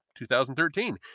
2013